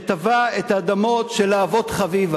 שתבע את האדמות של להבות-חביבה.